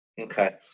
Okay